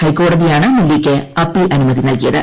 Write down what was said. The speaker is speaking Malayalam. ഹൈക്കോടതിയ്കാണ് മല്യയ്ക്ക് അപ്പീൽ അനുമതി നൽകിയത്